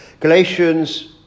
Galatians